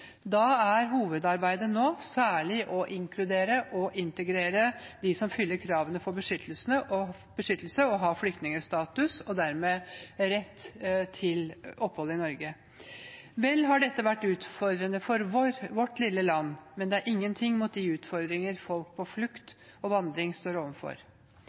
Da er hovedarbeidet nå særlig å inkludere og integrere dem som fyller kravene for beskyttelse og har flyktningstatus, og dermed rett til opphold i Norge. Vel har dette vært utfordrende for vårt lille land, men det er ingenting mot de utfordringer folk på flukt og vandring står overfor.